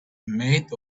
made